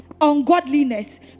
ungodliness